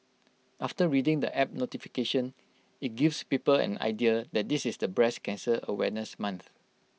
after reading the app notification IT gives people an idea that this is the breast cancer awareness month